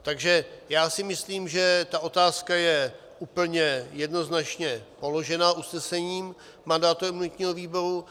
Takže já si myslím, že ta otázka je úplně jednoznačně položena usnesením mandátového a imunitního výboru.